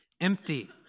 empty